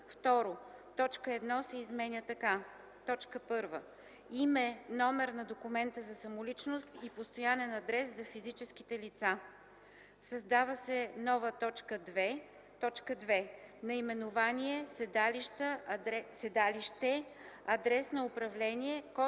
Точка 1 се изменя така: „1. име, номер на документа за самоличност и постоянен адрес – за физическите лица;”. 3. Създава се нова т. 2: „2. наименование, седалище, адрес на управление, код